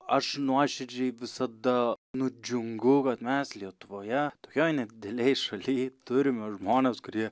aš nuoširdžiai visada nudžiungu kad mes lietuvoje tokioj nedidelėj šaly turime žmones kurie